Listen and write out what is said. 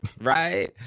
right